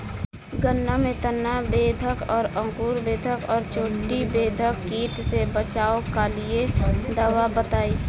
गन्ना में तना बेधक और अंकुर बेधक और चोटी बेधक कीट से बचाव कालिए दवा बताई?